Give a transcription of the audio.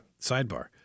sidebar